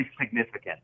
significant